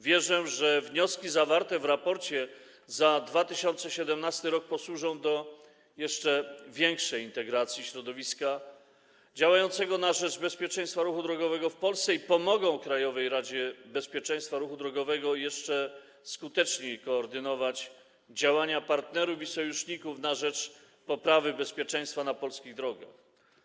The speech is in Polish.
Wierzę, że wnioski zawarte w raporcie za 2017 r. posłużą do jeszcze większej integracji środowiska działającego na rzecz bezpieczeństwa ruchu drogowego w Polsce i pomogą Krajowej Radzie Bezpieczeństwa Ruchu Drogowego jeszcze skuteczniej koordynować działania partnerów i sojuszników na rzecz poprawy bezpieczeństwa na polskich drogach.